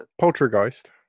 Poltergeist